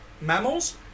mammals